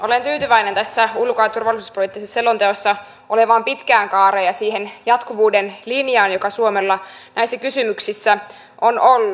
olen tyytyväinen tässä ulko ja turvallisuuspoliittisessa selonteossa olevaan pitkään kaareen ja siihen jatkuvuuden linjaan joka suomella näissä kysymyksissä on ollut